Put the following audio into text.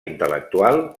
intel·lectual